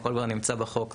הכול כבר נמצא בחוק,